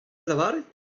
lavaret